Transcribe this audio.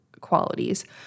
qualities